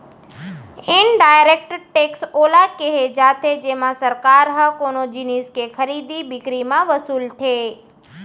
indirect tax ओला केहे जाथे जेमा सरकार ह कोनो जिनिस के खरीदी बिकरी म वसूलथे